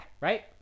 right